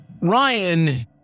Ryan